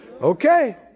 Okay